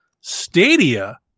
Stadia